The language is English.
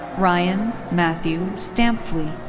ryan matthew stampfli.